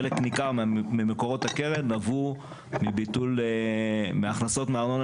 חלק ניכר ממקורות הקרן עברו מהכנסות מארנונה